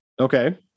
Okay